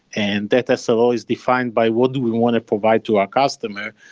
and that that slo is defined by what do we want to provide to our customer,